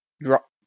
drop